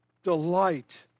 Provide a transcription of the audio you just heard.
Delight